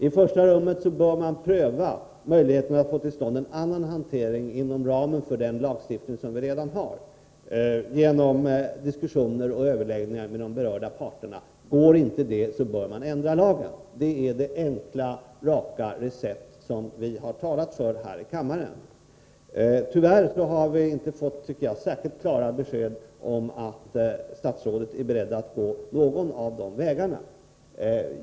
I första rummet bör man pröva möjligheterna att heter att tillverka THX få till stånd en annan hantering, genom diskussioner och överläggningar med de berörda parterna inom ramen för den lagstiftning som vi redan har. Går inte det bör man ändra lagen. Det är det enkla, raka recept som vi har talat för här i kammaren. Tyvärr har vi inte fått särskilt klara besked om att statsrådet är beredd att gå någon av dessa vägar.